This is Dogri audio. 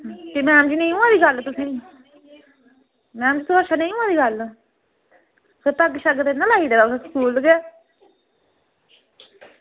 ते मैडम जी नेईं होआ दी गल्ल तुसें ई मैडम जी थुआढ़े कशा नेईं होआ दी गल्ल ते कोई पैग नना लाई दे तुस स्कूल ते